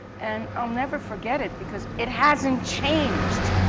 and i'll never forget it, because it hasn't changed!